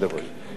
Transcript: לעורכת-הדין